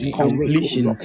completion